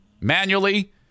manually